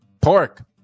Pork